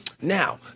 Now